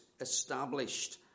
established